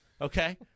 Okay